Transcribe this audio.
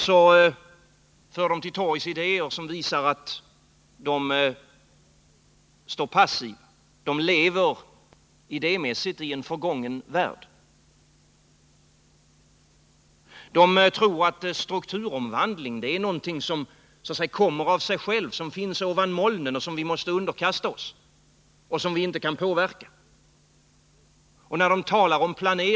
Tvärtom för de till torgs idéer som visar att de står passiva. De lever, idémässigt, i en förgången värld. De tror att strukturomvandling är någonting som kommer av sig självt, som finns ovan molnen, och tvingar oss till underkastelse utan att vi kan påverka det.